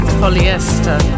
polyester